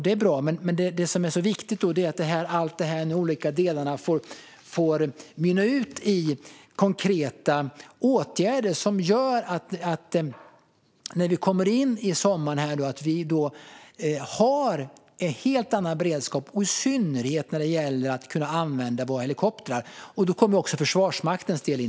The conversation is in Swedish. Det är bra, men det är viktigt att alla dessa olika delar får mynna ut i konkreta åtgärder som gör att vi har en helt annan beredskap när vi kommer in i sommaren, i synnerhet när det gäller att kunna använda våra helikoptrar. Då kommer också Försvarsmaktens del in.